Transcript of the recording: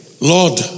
Lord